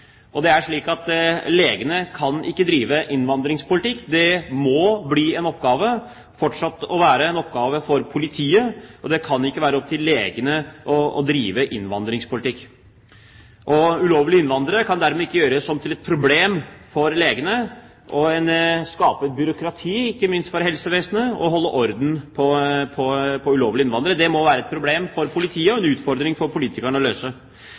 Legene kan ikke drive innvandringspolitikk, det må fortsatt være en oppgave for politiet. Ulovlige innvandrere kan ikke gjøres til et problem for legene og ikke minst skape et byråkrati for helsevesenet når det gjelder å holde orden på dem, det må være et problem for politiet, og en utfordring for politikerne å løse.